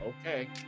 Okay